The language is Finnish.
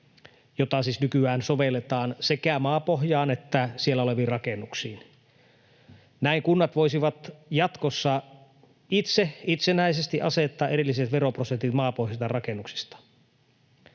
siis nykyään sovelletaan sekä maapohjaan että siellä oleviin rakennuksiin. Näin kunnat voisivat jatkossa itse itsenäisesti asettaa erilliset veroprosentit maapohjaisista rakennuksista.